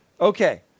Okay